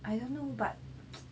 I don't know but